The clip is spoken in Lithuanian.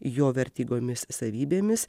jo vertingomis savybėmis